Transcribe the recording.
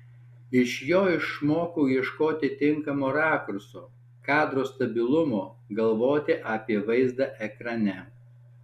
iš jo išmokau ieškoti tinkamo rakurso kadro stabilumo galvoti apie vaizdą ekrane